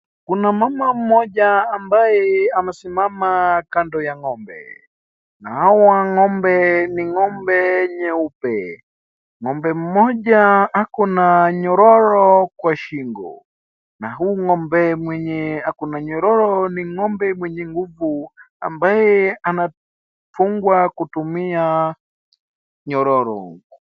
Kuna mama mmoja ambaye amesimama kando ya ng'ombe, na hawa ng'ombe ni ng'ombe nyeupe. Ng'ombe mmoja ako na nyoro kwa shingo. Na huyu ng'ombe mwenye ako na nyororo ni ng'ombe mwenye nguvu, ambaye anachungwa kutumia nyororo.